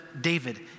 David